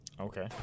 Okay